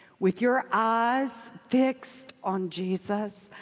with your eyes fixed on jesus,